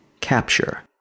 capture